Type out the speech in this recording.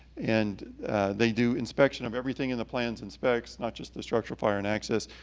and they do inspection of everything in the plans and specs, not just the structural, fire and access,